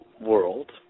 world